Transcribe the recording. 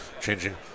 changing